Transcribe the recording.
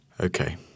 Okay